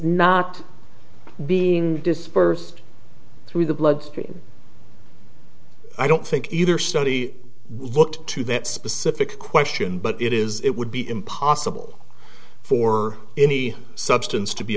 not being dispersed through the bloodstream i don't think either study looked to that specific question but it is it would be impossible for any substance to be